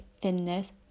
thinness